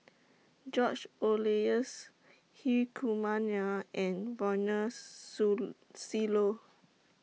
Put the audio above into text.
George Oehlers Hri Kumar Nair and Ronald Susilo